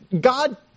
God